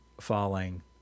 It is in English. falling